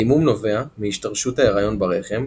הדימום נובע מהשתרשות ההריון ברחם,